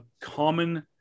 common